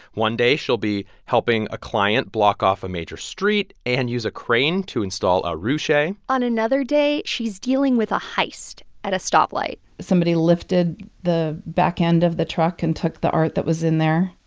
one day, she'll be helping a client block off a major street and use a crane to install a rouchet on another day, she's dealing with a heist at a stoplight somebody lifted the back end of the truck and took the art that was in there.